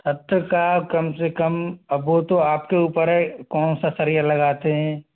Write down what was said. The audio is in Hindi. छत का कम से कम अब वो तो आपके ऊपर है कौन सा सरिया लगाते हैं